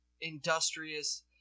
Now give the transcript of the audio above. industrious